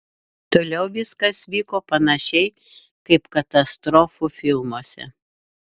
toliau viskas vyko panašiai kaip katastrofų filmuose